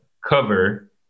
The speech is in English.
cover